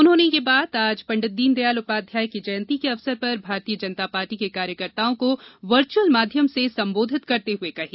उन्होंने यह बात आज पंडित दीनदयाल उपाध्याय की जयंती के अवसर पर भारतीय जनता पार्टी के कार्यकर्ताओं को वर्चुअल माध्यम से संबोधित करते हुए कही